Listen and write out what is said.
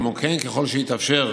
כמו כן, ככל שהתאפשר,